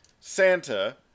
Santa